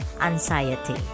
anxiety